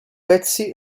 pezzi